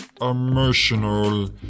emotional